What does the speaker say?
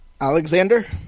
Alexander